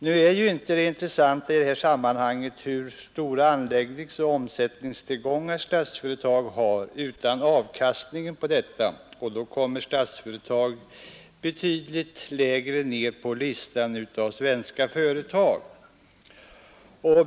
Nu är ju inte det intressanta i detta sammanhang hur stora anläggningsoch omsättningstillgångar Statsföretag har utan avkastningen på detta, och då kommer Statsföretag betydligt längre ned på listan över svenska företag.